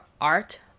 art